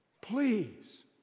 please